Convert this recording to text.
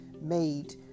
made